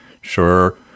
Sure